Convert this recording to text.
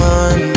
one